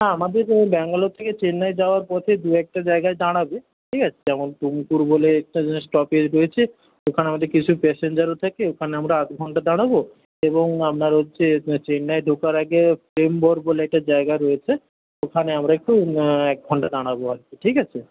হ্যাঁ আমাদের ব্যাঙ্গালোর থেকে চেন্নাই যাওয়ার পথে দু একটা জায়গায় দাঁড়াবে ঠিক আছে যেমন বলে একটা স্টপেজ রয়েছে ওখানে আমাদের কিছু প্যাসেঞ্জারও থাকে ওখানে আমরা আধ ঘণ্টা দাঁড়াব এবং আপনার হচ্ছে চেন্নাইয়ে ঢোকার আগে প্রেমগড় বলে একটা জায়গা রয়েছে ওখানে আমরা একটু একঘণ্টা দাঁড়াব ঠিক আছে